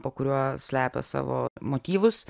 po kuriuo slepia savo motyvus